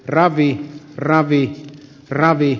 ravi ravi ravi